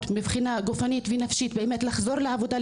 מבחינה גופנית ונפשית באמת לחזור לעבודה,